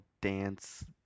dance